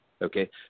Okay